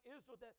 Israel